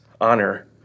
honor